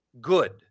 good